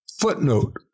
footnote